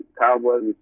Cowboys